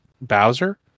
Bowser